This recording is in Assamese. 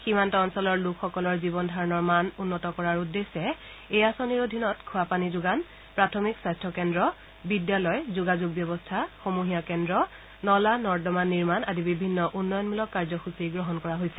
সীমান্ত অঞ্চলৰ লোকসকলৰ জীৱন ধাৰণৰ মান উন্নত কৰাৰ উদ্দেশ্যে এই আঁচনিৰ অধীনত খোৱাপানী যোগান প্ৰাথমিক স্বাস্থ্য কেন্দ্ৰ বিদ্যালয় যোগাযোগ ব্যৱস্থা সমূহীয়া কেন্দ্ৰ নলা নৰ্দমা নিৰ্মাণ আদি বিভিন্ন উন্নয়নমূলক কাৰ্যসূচী গ্ৰহণ কৰা হৈছে